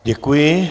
Děkuji.